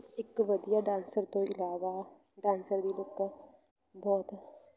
ਇੱਕ ਵਧੀਆ ਡਾਂਸਰ ਤੋਂ ਇਲਾਵਾ ਡਾਂਸਰ ਦੀ ਲੁੱਕ ਬਹੁਤ